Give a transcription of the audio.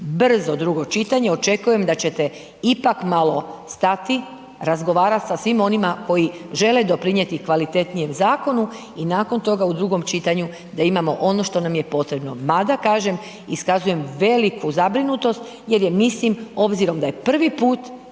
brzo drugo čitanje, očekujem da ćete ipak malo stati razgovarati sa svim onima koji žele doprinijeti kvalitetnijem zakonu i nakon toga u drugom čitanju da imamo ono što nam je potrebno. Mada kažem, iskazujem veliku zabrinutost jer je mislim obzirom da je prvi put